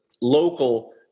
local